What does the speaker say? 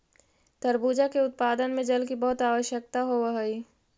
तरबूजा के उत्पादन में जल की बहुत आवश्यकता होवअ हई